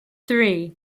three